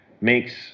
makes